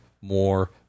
more